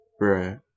Right